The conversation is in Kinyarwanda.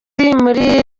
muri